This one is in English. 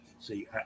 See